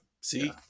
See